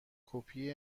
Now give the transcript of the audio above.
کپی